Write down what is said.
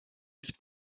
nicht